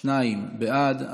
שניים בעד,